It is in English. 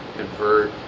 convert